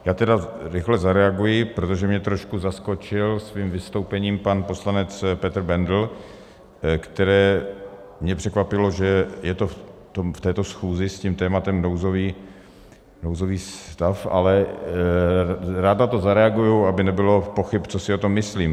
Já tedy rychle zareaguji, protože mě trošku zaskočil svým vystoupením pan poslanec Petr Bendl, které mě překvapilo, že je to v této schůzi s tím tématem nouzový stav, ale rád na to zareaguji, aby nebylo pochyb, co si o tom myslím.